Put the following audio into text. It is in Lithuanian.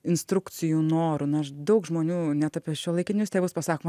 instrukcijų noru na aš daug žmonių net apie šiuolaikinius tėvus pasakoma